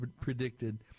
predicted